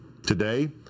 Today